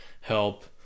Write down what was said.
help